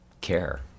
care